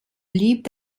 blieb